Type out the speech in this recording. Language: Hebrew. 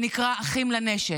שנקרא "אחים לנשק".